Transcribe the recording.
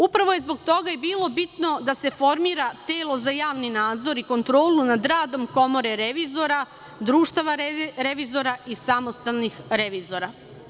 Upravo je zbog toga i bilo bitno da se formira telo za javni nadzor i kontrolu nad radom Komore revizora, društava revizora i samostalnih revizora.